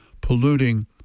polluting